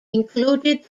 included